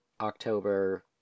October